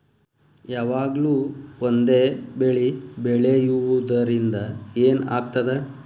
ಯಾವಾಗ್ಲೂ ಒಂದೇ ಬೆಳಿ ಬೆಳೆಯುವುದರಿಂದ ಏನ್ ಆಗ್ತದ?